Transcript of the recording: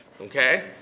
Okay